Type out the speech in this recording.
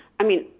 i mean,